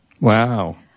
Wow